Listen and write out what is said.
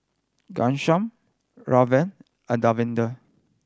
Ghanshyam Ramdev and Davinder